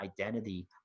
identity